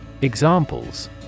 Examples